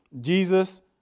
Jesus